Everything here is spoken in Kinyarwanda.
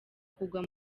kugwa